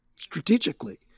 strategically